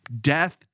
death